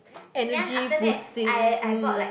energy boosting mm